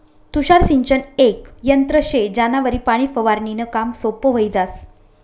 तुषार सिंचन येक यंत्र शे ज्यानावरी पाणी फवारनीनं काम सोपं व्हयी जास